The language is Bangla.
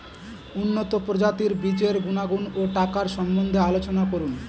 উন্নত প্রজাতির বীজের গুণাগুণ ও টাকার সম্বন্ধে আলোচনা করুন